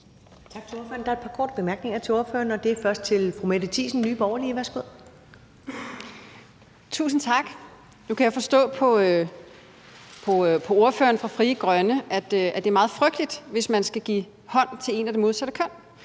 Tak til ordføreren. Der er et par korte bemærkninger til ordføreren, og det er først fra fru Mette Thiesen, Nye Borgerlige. Værsgo. Kl. 14:05 Mette Thiesen (NB): Tusind tak. Nu kan jeg forstå på ordføreren fra Frie Grønne, at det er meget frygteligt, hvis man skal give hånd til en af det modsatte køn.